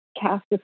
cast